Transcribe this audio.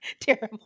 Terrible